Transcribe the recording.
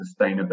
sustainability